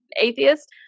atheist